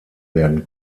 werden